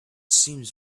seems